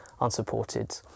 unsupported